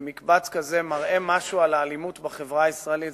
מקבץ כזה מראה משהו על האלימות בחברה הישראלית,